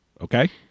okay